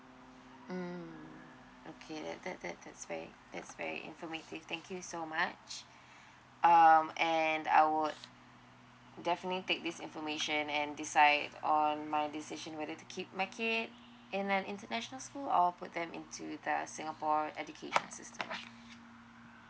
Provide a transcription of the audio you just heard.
mm okay that that that that that's very that's very informative thank you so much um and I would definitely take this information and decide on my decision whether to keep my kid in an international school or put them in to with the singapore education system